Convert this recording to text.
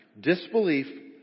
Disbelief